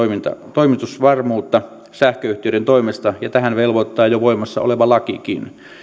toimitusvarmuutta sähköyhtiöiden toimesta ja tähän velvoittaa jo voimassa oleva lakikin